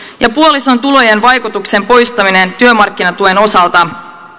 ja puolison tulojen vaikutuksen poistaminen työmarkkinatuen osalta